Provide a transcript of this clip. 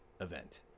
event